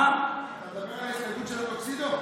אתה מדבר על ההסתייגות של הטוקסידו?